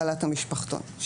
בעלת המשפחתון.